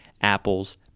apples